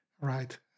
right